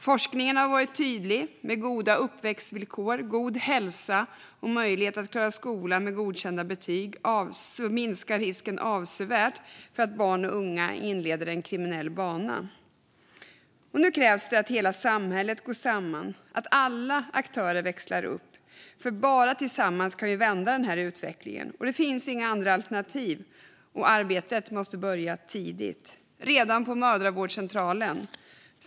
Forskningen har varit tydlig; med goda uppväxtvillkor, god hälsa och möjlighet att klara skolan med godkända betyg minskar risken avsevärt för att barn och unga inleder en kriminell bana. Nu krävs det att hela samhället går samman, att alla aktörer växlar upp. Bara tillsammans kan vi vända utvecklingen. Det finns inga andra alternativ. Och arbetet måste börja tidigt, redan på mödravårdscentralen.